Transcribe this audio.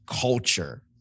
culture